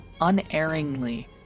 unerringly